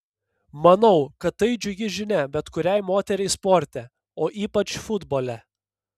manau kad tai džiugi žinia bet kuriai moteriai sporte o ypač futbole